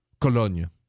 Cologne